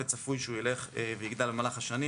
וצפוי שהוא ילך ויגדל במהלך השנים,